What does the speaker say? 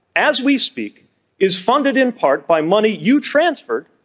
as we speak is funded in part by money. you transferred,